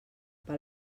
pel